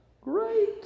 Great